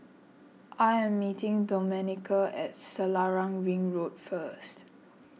I am meeting Domenica at Selarang Ring Road first